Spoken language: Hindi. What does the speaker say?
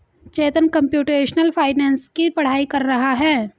चेतन कंप्यूटेशनल फाइनेंस की पढ़ाई कर रहा है